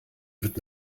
wird